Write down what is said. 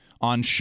on